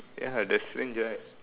ya that's strange right